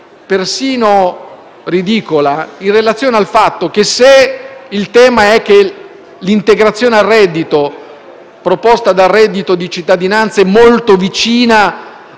persino ridicola in relazione al fatto che se il tema è che l'integrazione al reddito proposta dal reddito di cittadinanza è molto vicina